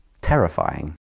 terrifying